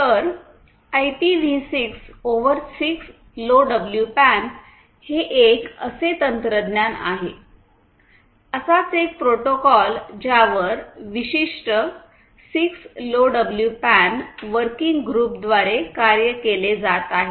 तर IPv 6 over 6 LoWPAN हे एक असे तंत्रज्ञान आहे असाच एक प्रोटोकॉल ज्यावर विशिष्ट 6 लोडब्ल्यूपॅन वर्किंग ग्रुपद्वारे कार्य केले जात आहे